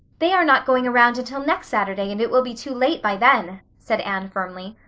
they are not going around until next saturday and it will be too late by then, said anne firmly.